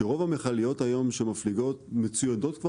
שרוב המכליות היום שמפליגות מצוידות כבר